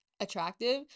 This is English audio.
attractive